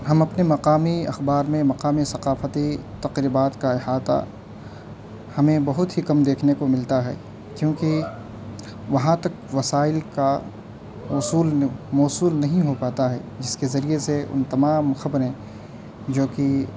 ہم اپنی مقامی اخبار میں مقامی ثقافتی تقریبات کا احاطہ ہمیں بہت ہی کم دیکھنے کو ملتا ہے کیونکہ وہاں تک وسائل کا موصول موصول نہیں ہو پاتا ہے جس کے ذریعہ سے ان تمام خبریں جو کہ